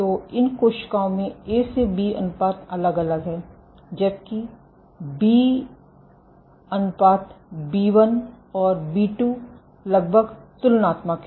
तो इन कोशिकाओं में ए से बी अनुपात अलग अलग है जबकि बी अनुपात बी 1 और बी 2 लगभग तुलनात्मक हैं